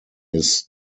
his